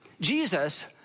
Jesus